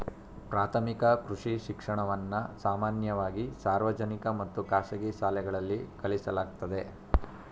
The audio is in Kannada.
ಪ್ರಾಥಮಿಕ ಕೃಷಿ ಶಿಕ್ಷಣವನ್ನ ಸಾಮಾನ್ಯವಾಗಿ ಸಾರ್ವಜನಿಕ ಮತ್ತು ಖಾಸಗಿ ಶಾಲೆಗಳಲ್ಲಿ ಕಲಿಸಲಾಗ್ತದೆ